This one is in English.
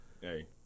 Hey